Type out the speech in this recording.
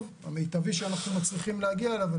המיטבי שאנחנו מצליחים להגיע אליו,